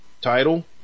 title